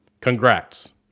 Congrats